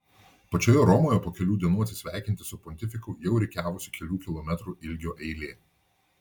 pačioje romoje po kelių dienų atsisveikinti su pontifiku jau rikiavosi kelių kilometrų ilgio eilė